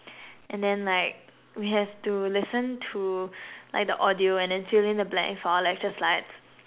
and then like we have to listen to like the audio and then fill in the blanks for our lecture slides